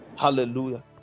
Hallelujah